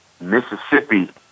Mississippi